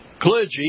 Clergy